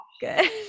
good